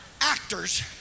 Actors